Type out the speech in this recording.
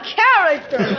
character